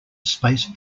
space